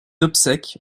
obsèques